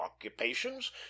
occupations